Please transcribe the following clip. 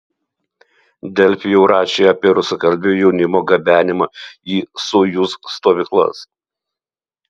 delfi jau rašė apie rusakalbio jaunimo gabenimą į sojuz stovyklas